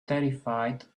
terrified